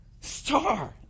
Star